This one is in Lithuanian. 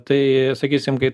tai sakysim kai